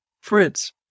Fritz